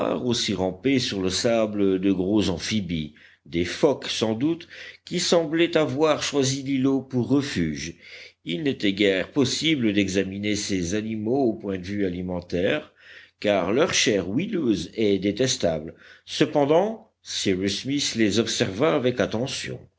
aussi ramper sur le sable de gros amphibies des phoques sans doute qui semblaient avoir choisi l'îlot pour refuge il n'était guère possible d'examiner ces animaux au point de vue alimentaire car leur chair huileuse est détestable cependant cyrus smith les observa avec attention